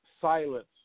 silence